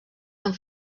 amb